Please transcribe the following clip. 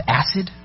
acid